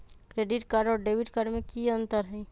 Credit card और debit card में की अंतर हई?